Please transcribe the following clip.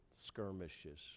skirmishes